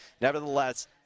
nevertheless